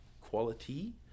quality